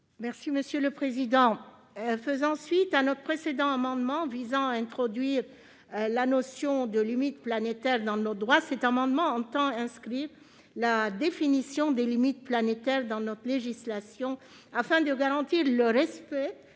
Cet amendement fait suite à notre précédent amendement visant à introduire la notion de limites planétaires dans notre droit. Il tend à inscrire la définition des limites planétaires dans notre législation afin de garantir le respect